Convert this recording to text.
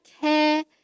care